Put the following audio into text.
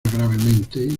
gravemente